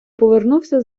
повернувся